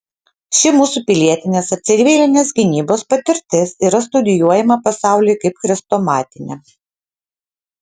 ši mūsų pilietinės ar civilinės gynybos patirtis yra studijuojama pasaulyje kaip chrestomatinė